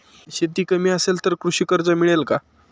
शेती कमी असेल तर कृषी कर्ज मिळेल का?